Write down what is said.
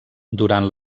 durant